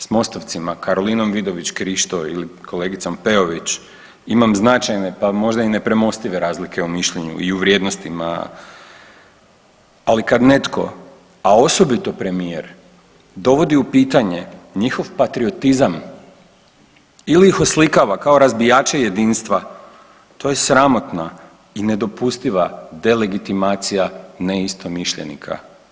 S MOST-ovcima, Karolinom Vidović Krišto ili kolegicom Peović imam značajne pa možda i nepremostive razlike u mišljenju i u vrijednostima, ali kad netko, a osobito premijer dovodi u pitanje njihov patriotizam ili ih oslikava kao razbijače jedinstva to je sramotna i nedopustiva delegitimacija neistomišljenika.